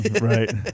Right